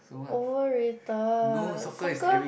over rated soccer